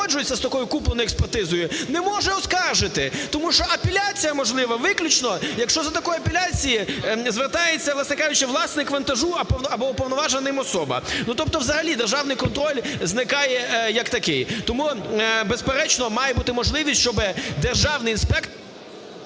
експертизою, не може оскаржити, тому що апеляція можлива виключно, якщо за такою апеляцією звертається, власне кажучи, власник вантажу або уповноважена ним особа. Ну тобто взагалі державний контроль зникає як такий. Тому, безперечно, має бути можливість, щоб державний інспектор…